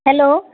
hello